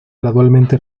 gradualmente